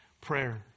prayer